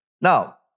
Now